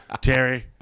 Terry